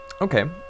Okay